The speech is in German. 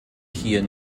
hier